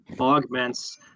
augments